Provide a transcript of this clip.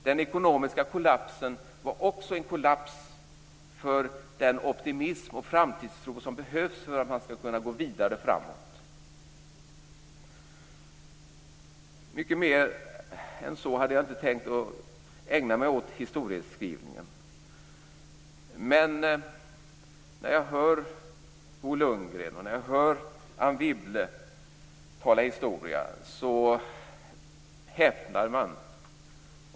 Den ekonomiska kollapsen var också en kollaps för den optimism och den framtidstro som behövs för att man skall kunna gå vidare framåt. Mycket mer än så hade jag inte tänkt ägna mig åt historieskrivningen. Men när jag hör Bo Lundgren och Anne Wibble tala historia häpnar jag.